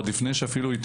אפילו עוד לפני שהתמנינו,